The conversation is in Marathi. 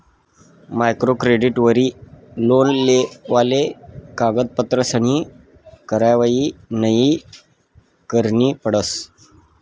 मायक्रो क्रेडिटवरी लोन लेवाले कागदपत्रसनी कारवायी नयी करणी पडस